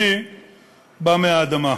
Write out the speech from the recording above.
אני בא מהאדמה.